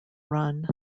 run